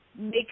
make